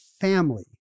family